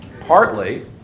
Partly